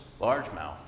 largemouth